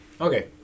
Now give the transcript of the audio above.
Okay